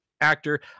actor